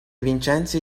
vincenzi